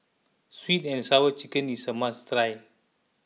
Sweet and Sour Chicken is a must try